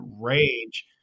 rage